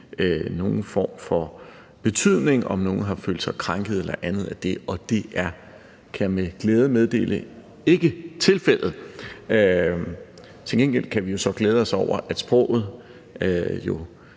form for betydning; om nogen har følt sig krænket eller andet af det. Og det er, kan jeg med glæde meddele, ikke tilfældet. Til gengæld kan vi så glæde os over, at sproget